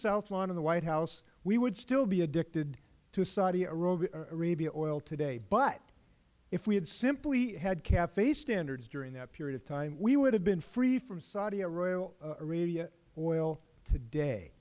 south lawn of the white house we would still be addicted to saudi arabia oil today but if we had simply had cafe standards during that period of time we would have been free from saudi arabia oil today